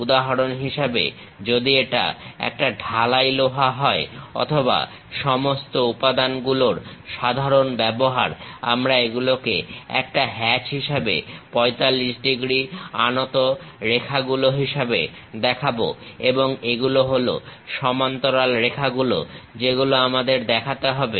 উদাহরণ হিসেবে যদি এটা একটা ঢালাই লোহা হয় অথবা সমস্ত উপাদানগুলোর সাধারণ ব্যবহার আমরা এগুলোকে একটা হ্যাচ হিসাবে 45 ডিগ্রী আনত রেখাগুলো হিসেবে দেখাবো এবং এগুলো হলো সমান্তরাল রেখাগুলো যেগুলো আমাদের দেখাতে হবে